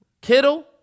Kittle